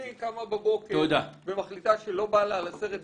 היא קמה בבוקר ומחליטה שלא בא לה על הסרט פוקסטרוט,